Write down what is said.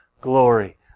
glory